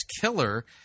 killer